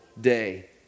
day